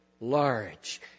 large